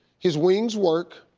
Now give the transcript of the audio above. his wings work,